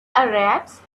arabs